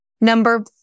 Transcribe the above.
Number